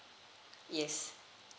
yes